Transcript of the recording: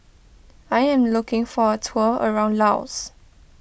I am looking for a tour around Laos